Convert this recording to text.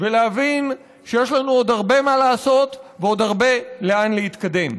ולהבין שיש לנו עוד הרבה מה לעשות ועוד הרבה לאן להתקדם.